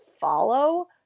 follow